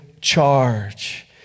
charge